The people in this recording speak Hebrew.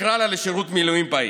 תקרא לה לשירות מילואים פעיל.